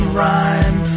rhyme